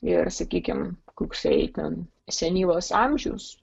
ir sakykim koksai ten senyvas amžius